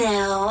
Now